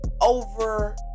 over